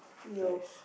no